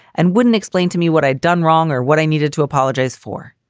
and wouldn't explain to me what i'd done wrong or what i needed to apologize for.